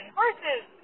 horses